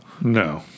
No